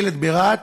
ילד ברהט,